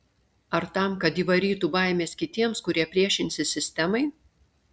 ar tam kad įvarytų baimės kitiems kurie priešinsis sistemai